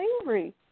angry